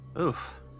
Oof